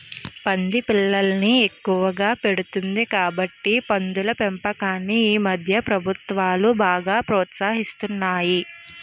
పంది పిల్లల్ని ఎక్కువగా పెడుతుంది కాబట్టి పందుల పెంపకాన్ని ఈమధ్య ప్రభుత్వాలు బాగా ప్రోత్సహిస్తున్నాయి